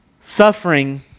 suffering